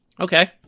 okay